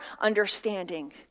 understanding